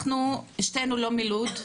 אנחנו לא מלוד.